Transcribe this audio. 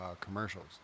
commercials